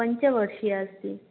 पञ्चवर्षीयः अस्ति